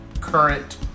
current